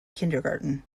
kindergarten